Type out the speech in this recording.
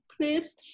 please